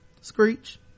Screech